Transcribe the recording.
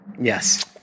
Yes